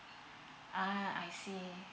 ah I see